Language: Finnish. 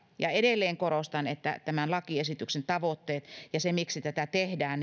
edelleen korostan että tämän lakiesityksen tavoitteet se miksi tätä tehdään